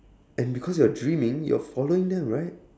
and because you're dreaming you're following them right